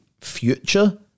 future